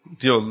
Yo